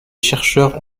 chercheurs